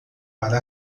para